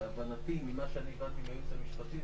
ממה שהבנתי מהייעוץ המשפטי,